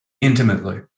intimately